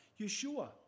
Yeshua